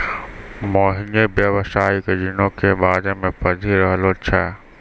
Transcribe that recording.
मोहिनी व्यवसायिक ऋणो के बारे मे पढ़ि रहलो छै